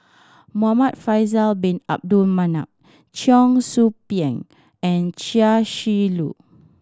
Muhamad Faisal Bin Abdul Manap Cheong Soo Pieng and Chia Shi Lu